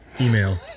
email